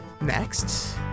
next